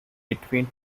between